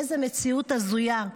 איזו מציאות הזויה.